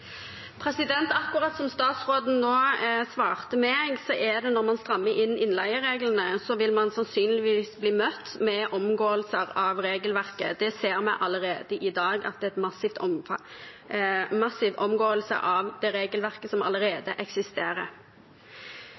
Akkurat som statsråden nå svarte meg, vil man sannsynligvis, når man strammer inn innleiereglene, bli møtt med omgåelser av regelverket. Vi ser allerede i dag massiv omgåelse av det regelverket som allerede eksisterer.